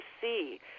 see